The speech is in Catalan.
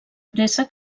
pressa